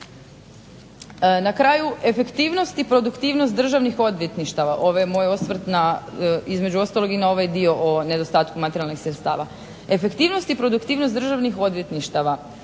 Na kraju efektivnost i produktivnost državnih odvjetništava ovaj moj osvrt, između ostalog i na ovaj dio o nedostatku materijalnih sredstava. Efektivnost i produktivnost državnih odvjetništava